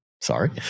Sorry